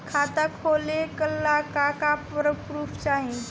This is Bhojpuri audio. खाता खोलले का का प्रूफ चाही?